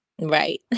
Right